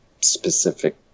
specific